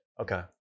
Okay